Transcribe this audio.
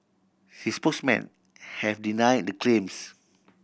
his spokesmen have denied the claims